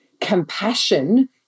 Compassion